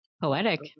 Poetic